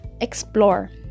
Explore